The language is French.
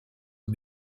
aux